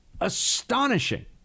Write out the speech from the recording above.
astonishing